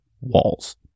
walls